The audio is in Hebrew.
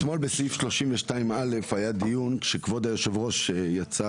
אתמול בסעיף 32 א' היה דיון כשכבוד יושב הראש יצא